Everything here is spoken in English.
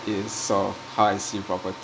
is sort of how I see properties